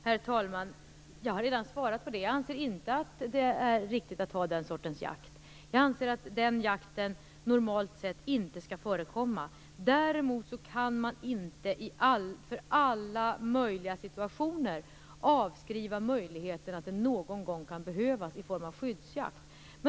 Herr talman! Jag har redan svarat på detta. Jag anser inte att den sortens jakt är riktig och jag anser att den jakten normalt sett inte skall förekomma. Däremot kan man inte för alla möjliga situationer avskriva möjligheten att jakt någon gång kan behövas i form av skyddsjakt.